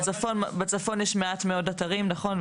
למשל בצפון יש מעט מאוד אתרים, נכון?